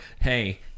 hey